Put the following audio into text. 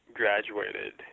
graduated